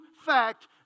fact